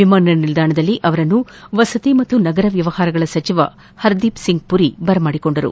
ವಿಮಾನ ನಿಲ್ದಾಣದಲ್ಲಿ ಅವರನ್ನು ವಸತಿ ಮತ್ತು ನಗರ ವ್ಲವಹಾರಗಳ ಸಚಿವ ಹರ್ದೀಪ್ಸಿಂಗ್ ಪುರಿ ಬರಮಾಡಿಕೊಂಡರು